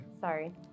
Sorry